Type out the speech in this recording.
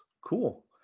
Cool